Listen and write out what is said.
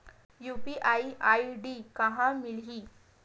UPI ID कहां ले मिलही?